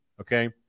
Okay